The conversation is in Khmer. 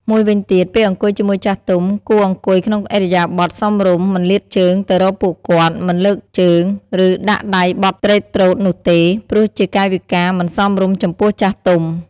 មួយវិញទៀតពេលអង្គុយជាមួយចាស់ទុំ គួរអង្គុយក្នុងឥរិយាបថសមរម្យ មិនលាតជើងទៅរកពួកគាត់ មិនលើកជើង ឬដាក់ដៃបត់ទ្រេតទ្រោតនោះទេ ព្រោះជាកាយវិការមិនសមរម្យចំពោះចាស់ទុំ។